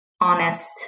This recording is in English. honest